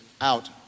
out